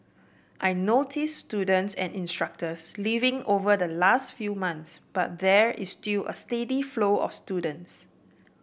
I noticed students and instructors leaving over the last few months but there is still a steady flow of students